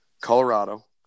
Colorado